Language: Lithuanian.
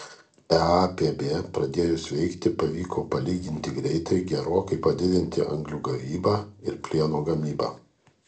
eapb pradėjus veikti pavyko palyginti greitai gerokai padidinti anglių gavybą ir plieno gamybą